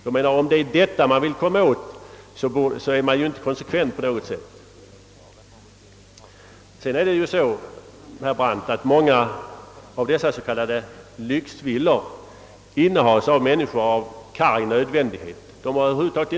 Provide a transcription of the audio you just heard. Om det är detta med arbetskraftsbristen man vill komma åt är man inte konsekvent. Många av dessa s.k. lyxvillors innehavare, herr Brandt, bor där enbart på grund av den karga nödvändigheten.